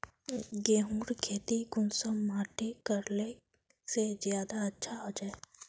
गेहूँर खेती कुंसम माटित करले से ज्यादा अच्छा हाचे?